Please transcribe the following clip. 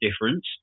difference